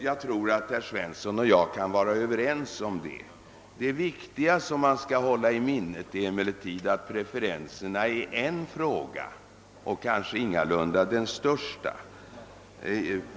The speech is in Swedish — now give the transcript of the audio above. Jag tror att herr Svensson och jag kan vara överens om det. Det viktiga som man skall hålla i minnet är emellertid att preferenserna är en fråga, och kanske ingalunda den största.